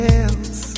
else